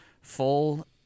full